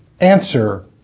Answer